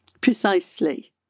Precisely